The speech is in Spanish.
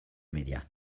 media